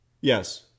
Yes